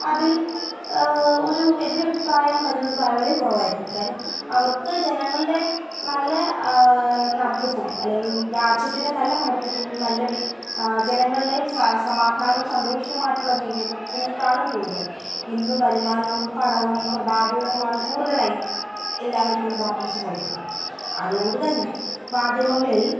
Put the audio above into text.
അതില് ഒരു എതിരഭിപ്രായം വരുന്നത് വളരെ കുറവായിരിക്കും കാര്യം അവര്ക്ക് ജനങളുടെ നല്ല നടത്തിപ്പും അല്ലെങ്കില് രാജ്യത്തിന്റെ നല്ല നടത്തിപ്പും നല്ല വീ ജനങ്ങളുടെ സാ സമാധാനവും സന്തോഷവുമായിട്ടുള്ള ജീവിതത്തിനേക്കാളും കൂടുതല് ഇന്ന് വരുമാനവും പണവും പ്രതാപവുമാണ് കൂടുതലായി എല്ലാവരും ഇമ്പോട്ടന്സ്സ് കൊടുക്കുന്നത് അതുകൊണ്ട് തന്നെ മാധ്യമങ്ങളില് മാധ്യമങ്ങളില്